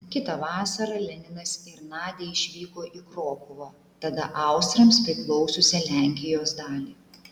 kitą vasarą leninas ir nadia išvyko į krokuvą tada austrams priklausiusią lenkijos dalį